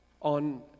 on